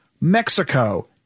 Mexico